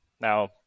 now